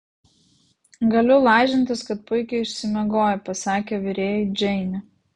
galiu lažintis kad puikiai išsimiegojai pasakė virėjui džeinė